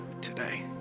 today